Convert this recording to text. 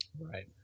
Right